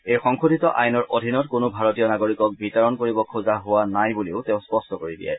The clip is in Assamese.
এই সংশোধীত আইনৰ অধীনত কোনো ভাৰতীয় নাগৰিকক বিতাড়ন কৰিব খোজা হোৱা নাই বুলিও তেওঁ স্পষ্ট কৰি দিয়ে